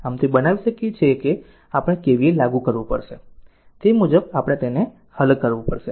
આમ તે બનાવી શકીએ કે આપણે KVL લાગુ કરવું પડશે અને તે મુજબ આપણે તેને હલ કરવું પડશે